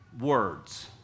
words